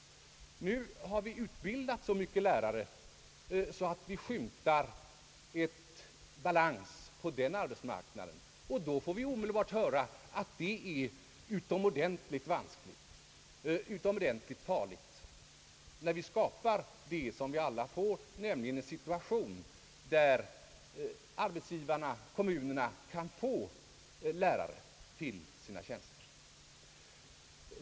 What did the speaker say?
Nu har vi utbildat så många lärare, att vi skymtar balans på den arbetsmarknaden. Då får vi omedelbart höra att detta är utom ordentligt farligt — trots att vi skapar en situation som innebär att arbetsgivarna och kommunerna kan få folk till sina tjänster.